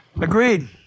Agreed